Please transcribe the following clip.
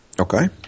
Okay